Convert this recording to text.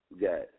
got